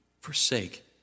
forsake